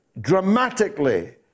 dramatically